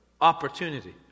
Opportunity